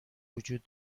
وجود